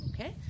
okay